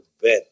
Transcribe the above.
bed